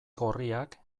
gorriak